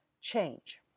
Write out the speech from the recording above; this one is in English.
change